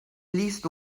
least